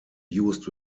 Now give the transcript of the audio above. used